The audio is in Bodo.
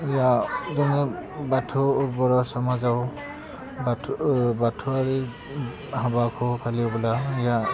जोङो बाथौ बर' समाजाव बाथौ बाथौआरि हाबाखौ फालियोबोला